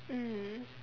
mm